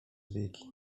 wieki